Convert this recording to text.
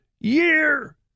year